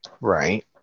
right